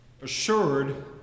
assured